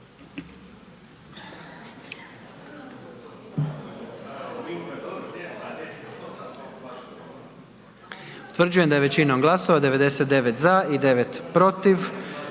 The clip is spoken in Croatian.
Utvrđujem da je većinom glasova 79 za, 2